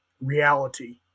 reality